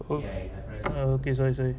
oh oh okay sorry sorry